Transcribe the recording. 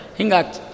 Hingat